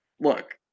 look